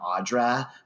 Audra